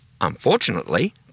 unfortunately